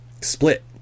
Split